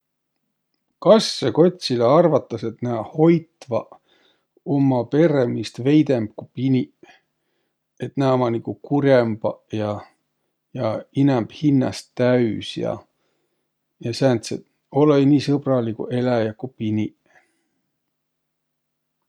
Kassõ kotsilõ arvatas, et nä hoitvaq umma perremiist veidemb ku piniq. Et nä ummaq nigu kur'õmbaq ja inämb hinnäst täüs ja, ja sääntseq, olõ-õi nii sõbraliguq eläjäq ku piniq.